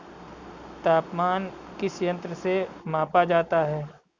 तापमान किस यंत्र से मापा जाता है?